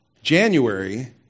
January